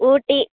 Ooty